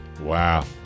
Wow